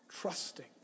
trusting